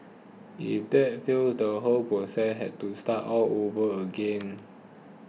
if that failed the whole process had to start all over again